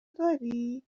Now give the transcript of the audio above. داری